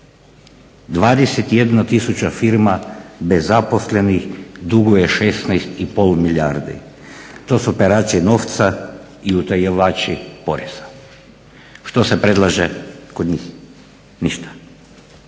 21 tisuća firma bez zaposlenih duguje 16,5 milijardi. To su perači novca i utajivači poreza. Što se predlaže kod njih? Ništa.